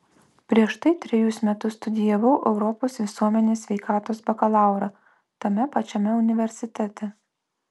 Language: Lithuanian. prieš tai trejus metus studijavau europos visuomenės sveikatos bakalaurą tame pačiame universitete